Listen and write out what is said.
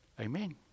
Amen